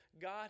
God